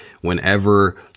whenever